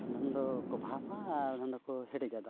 ᱟᱫᱷᱟᱱ ᱫᱚ ᱵᱷᱟᱯᱟ ᱟᱨ ᱟᱫᱷᱟᱱ ᱫᱚᱠᱚ ᱦᱮᱰᱮᱡᱟ ᱫᱟᱜ ᱨᱮ